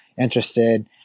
interested